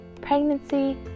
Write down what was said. pregnancy